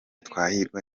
twahirwa